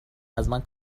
ازمن